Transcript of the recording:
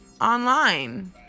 online